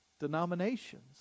denominations